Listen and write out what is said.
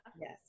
Yes